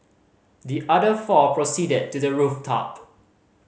the other four proceeded to the rooftop